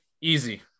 Easy